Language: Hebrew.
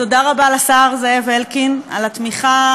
תודה רבה לשר זאב אלקין על התמיכה,